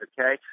okay